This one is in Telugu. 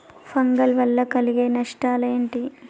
ఫంగల్ వల్ల కలిగే నష్టలేంటి?